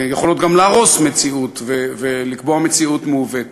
יכולות גם להרוס מציאות ולקבוע מציאות מעוותת.